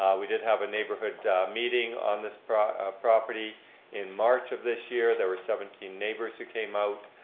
we did have a neighborhood meeting on this property in march of this year. there were seventeen neighbors who came out.